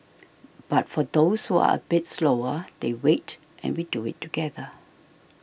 but for those who are a bit slower they wait and we do it together